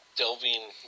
delving